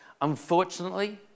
Unfortunately